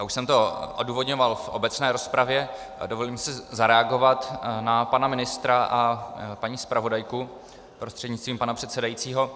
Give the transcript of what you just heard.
Už jsem to odůvodňoval v obecné rozpravě a dovolím si zareagovat na pana ministra a na paní zpravodajku prostřednictvím pana předsedajícího.